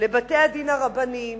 לבתי-הדין הרבניים,